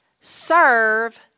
serve